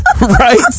right